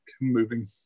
moving